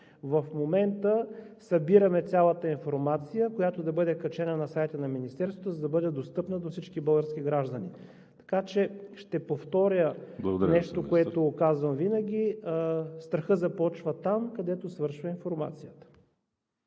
В момента събираме цялата информация, която да бъде качена на сайта на Министерството, за да бъде достъпна до всички български граждани. Така че ще повторя нещо, което казвам винаги, страхът започва там, където свършва информацията.